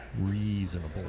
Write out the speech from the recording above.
Reasonable